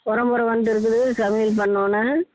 உறவுமொற வந்திருக்குது சமையல் பண்ணணும்